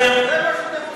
אתם, אתם, זה מה שאתם עושים.